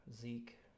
Zeke